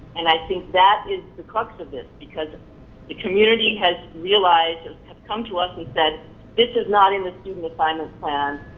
and i think that is the crux of this. because the community has realized, come to us and said this is not in the student assignment plan,